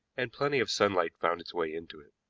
and plenty of sunlight found its way into it.